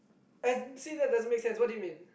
and see that doesn't make sense what do you mean